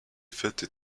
fêtes